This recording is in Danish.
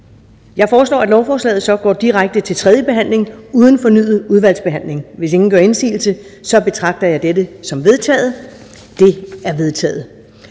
Jeg foreslår, at lovforslaget går direkte til tredje behandling uden fornyet udvalgsbehandling. Hvis ingen gør indsigelse, betragter jeg dette som vedtaget. Det er vedtaget.